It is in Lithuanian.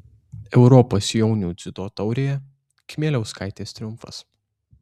europos jaunių dziudo taurėje kmieliauskaitės triumfas